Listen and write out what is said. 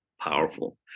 powerful